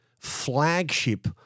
flagship